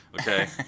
okay